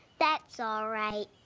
that's all right.